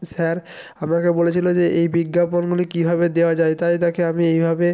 sir আমাকে বলেছিল যে এই বিজ্ঞাপনগুলি কীভাবে দেওয়া যায় তাই তাকে আমি এইভাবে